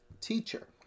Teacher